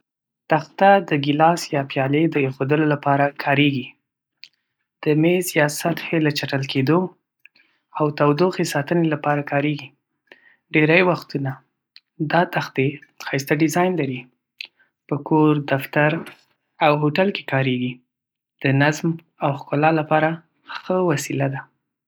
تخته د ګیلاس یا پیالې د ایښودلو لپاره کارېږي. د مېز یا سطحې له چټل کېدو او تودوخې ساتنې لپاره کارېږي. ډېری وختونه دا تختې ښایسته ډیزاین لري. په کور، دفتر او هوټل کې کارېږي. د نظم او ښکلا لپاره ښه وسیله ده.